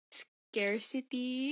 scarcity